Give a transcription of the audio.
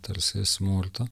tarsi smurto